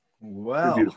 Wow